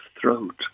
throat